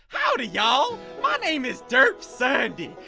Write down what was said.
howdy y'all! my name is derp ssundee.